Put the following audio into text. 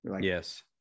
Yes